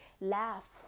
laugh